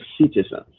citizens